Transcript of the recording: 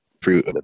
fruit